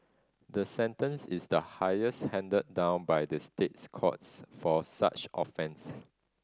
the sentence is the highest handed down by the State Courts for such offences